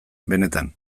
benetan